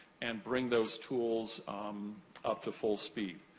and bring those tools up to full speed.